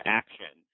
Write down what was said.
action